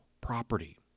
property